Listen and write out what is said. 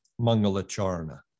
Mangalacharna